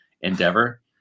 endeavor